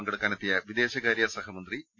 പങ്കെടുക്കാനെത്തിയ വിദേശകാര്യ സഹമന്ത്രി വി